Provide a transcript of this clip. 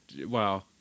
wow